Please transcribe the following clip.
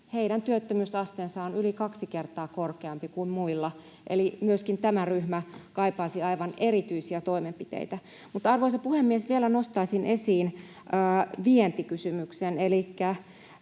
Heidän työttömyysasteensa on yli kaksi kertaa korkeampi kuin muilla, eli myöskin tämä ryhmä kaipaisi aivan erityisiä toimenpiteitä. Mutta, arvoisa puhemies, vielä nostaisin esiin vientikysymyksen.